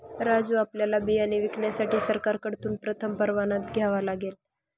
राजू आपल्याला बियाणे विकण्यासाठी सरकारकडून प्रथम परवाना घ्यावा लागेल